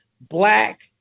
Black